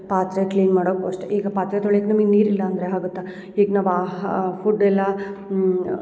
ಪಾತ್ರೆ ಕ್ಲೀನ್ ಮಾಡೋಕು ಅಷ್ಟೆ ಈಗ ಪಾತ್ರೆ ತೊಳೆಯೋಕು ನೀರಿಲ್ಲ ಅಂದರೆ ಆಗತ್ತ ಈಗ ನಾವು ಆಹಾ ಫುಡ್ ಎಲ್ಲ